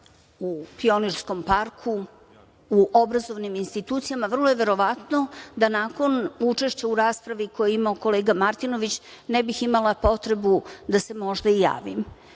u Pionirskom parku, u obrazovnim institucijama, vrlo je verovatno da nakon učešća u raspravi koju je imao kolega Martinović, ne bih imala potrebu da se možda i